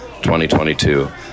2022